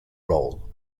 role